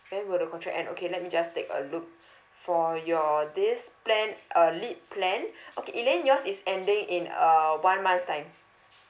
when will the contract end okay let me just take a look for your this plan uh lite plan okay elaine yours is ending in uh one month's time